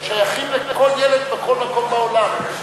שייכים לכל ילד בכל מקום בעולם.